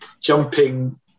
jumping